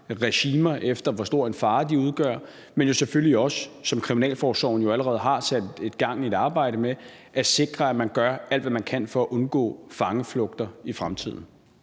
regimer, efter hvor stor en fare de udgør, men selvfølgelig også, som kriminalforsorgen allerede har sat gang i et arbejde med, at sikre, at man gør alt, hvad man kan, for at undgå fangeflugter i fremtiden.